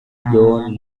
john